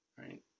right